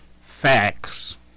facts